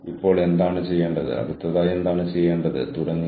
നമ്മൾക്ക് വിവിധ വിഭാഗങ്ങളിൽ നിന്നുള്ള സ്പെഷ്യലിസ്റ്റുകളെ ലഭിക്കുന്നു